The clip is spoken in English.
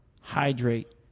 hydrate